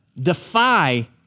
defy